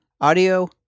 audio